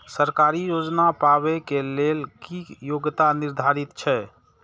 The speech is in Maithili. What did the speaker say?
सरकारी योजना पाबे के लेल कि योग्यता निर्धारित छै?